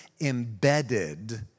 embedded